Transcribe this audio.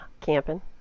Camping